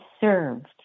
served